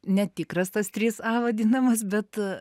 netikras tas trys a vadinamas bet